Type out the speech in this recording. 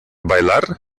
bailar